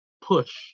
push